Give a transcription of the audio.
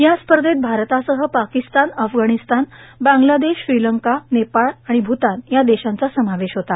या स्पधत भारतासह पर्याकस्तान अफर्गाणस्तान बांगलादेश श्रीलंका नेपाळ भूतान या देशांचा समावेश होता